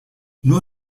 nur